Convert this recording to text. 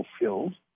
fulfilled